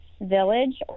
village